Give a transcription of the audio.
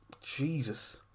Jesus